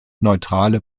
neutrale